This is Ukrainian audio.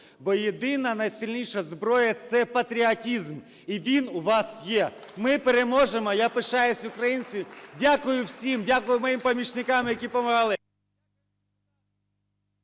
бо єдина, найсильніша зброя – це патріотизм. І він у вас є. Ми переможемо! Я пишаюсь, українці! Дякую всім! Дякую моїм помічникам, які допомагали!